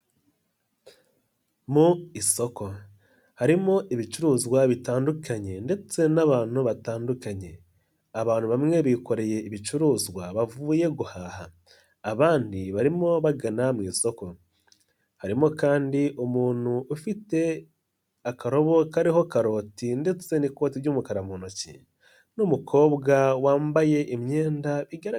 Mu isoko harimo ibicuruzwa bitandukanye ndetse n'abantu batandukanye. Abantu bamwe bikoreye ibicuruzwa bavuye guhaha, abandi barimo bagana mu isoko harimo kandi umuntu ufite akarobo kariho karoti ndetse n'ikoti ry'umukara mu ntoki, n'umukobwa wambaye imyenda bigaraga...